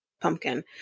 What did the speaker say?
pumpkin